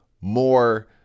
more